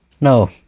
No